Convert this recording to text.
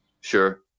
Sure